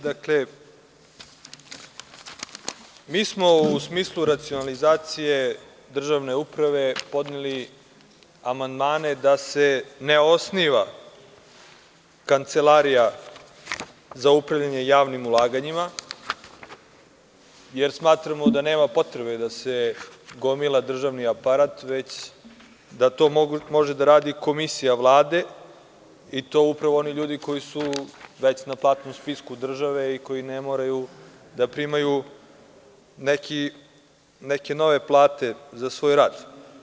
Dakle, mi smo u smislu racionalizacije državne uprave podneli amandmane da se ne osniva Kancelarija za upravljanje javnim ulaganjima, jer smatramo da nema potrebe da se gomila državni aparat, već da to može da radi komisija Vlade, i to upravo oni ljudi koji su već na platnom spisku države i koji ne moraju da primaju neke nove plate za svoj rad.